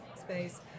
space